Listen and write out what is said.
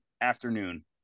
afternoon